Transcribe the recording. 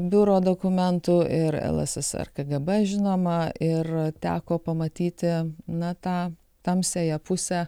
biuro dokumentų ir lssr kgb žinoma ir teko pamatyti na tą tamsiąją pusę